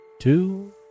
Two